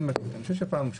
חושב שהפעם,